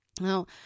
Now